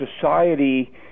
society